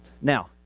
Now